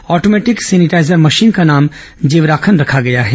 automatic sanitiser machine का नाम जीवराखन रखा गया है